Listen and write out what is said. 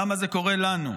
למה זה קורה לנו?